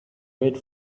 read